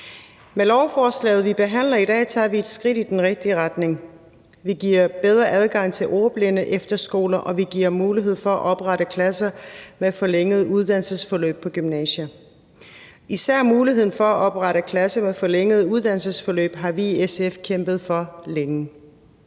Med lovforslaget, vi behandler i dag, tager vi et skridt i den rigtige retning. Vi giver bedre adgang til ordblindeefterskoler, og vi giver mulighed for at oprette klasser med forlænget uddannelsesforløb på gymnasier. Især muligheden for at oprette klasser med forlænget uddannelsesforløb har vi i SF kæmpet for længe.